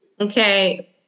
Okay